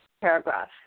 paragraph